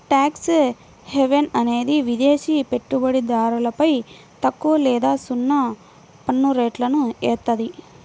tax haven అనేది విదేశి పెట్టుబడిదారులపై తక్కువ లేదా సున్నా పన్నురేట్లను ఏత్తాది